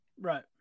Right